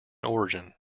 origin